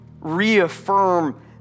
reaffirm